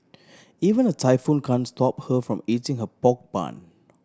even a typhoon can stop her from eating her pork bun